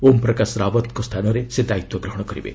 ଓମ୍ ପ୍ରକାଶ ରାଓ୍ୱତ୍ଙ୍କ ସ୍ଥାନରେ ସେ ଦାୟିତ୍ୱ ଗ୍ରହଣ କରିବେ